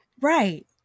right